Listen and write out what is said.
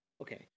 Okay